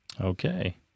Okay